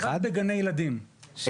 רק בגני ילדים.